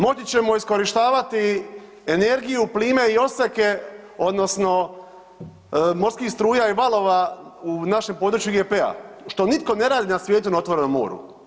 Moći ćemo iskorištavati energiju plime i oseke, odnosno morskih struja i valova u našem području IGP-a što nitko ne radi na svijetu na otvorenom moru.